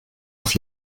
auf